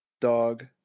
dog